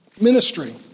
ministry